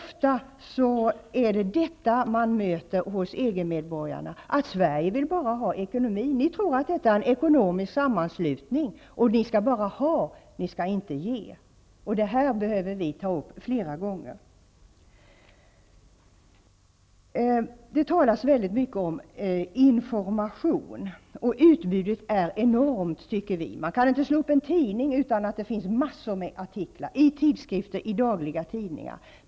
Man får ofta höra från EG-medborgarna att Sverige bara vill ha ekonomin -- ni tror att det är fråga om en ekonomisk sammanslutning, och ni skall bara ha, ni skall inte ge. Det här behöver vi ta upp flera gånger. Det talas mycket om information, och vi tycker att utbudet är enormt. Man kan inte slå upp en tidning utan att mötas av artiklar om EG, i tidskrifter eller i dagliga tidningar.